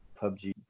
PUBG